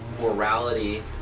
morality